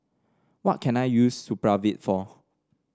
what can I use Supravit for